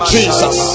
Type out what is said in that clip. Jesus